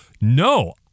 No